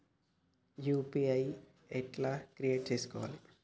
UPI ఎట్లా create చేసుకోవాలి?